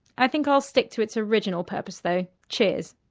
i think i'll stick to its original purpose though, cheers.